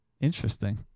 interesting